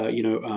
ah you know,